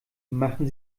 machen